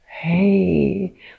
Hey